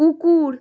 কুকুর